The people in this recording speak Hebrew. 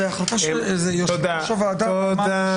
זו החלטה של יושב ראש הוועדה שלדעתו